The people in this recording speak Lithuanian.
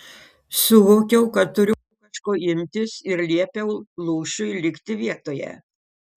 suvokiau kad turiu kažko imtis ir liepiau lūšiui likti vietoje